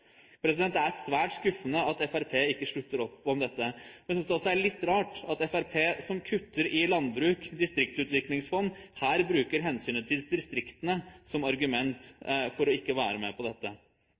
Det er svært skuffende at Fremskrittspartiet ikke slutter opp om dette. Jeg synes også det er litt rart at Fremskrittspartiet, som kutter i landbruk og distriktsutviklingsfond, her bruker hensynet til distriktene som argument